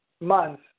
months